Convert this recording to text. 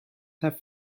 have